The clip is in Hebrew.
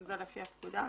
זה לפי הפקודה?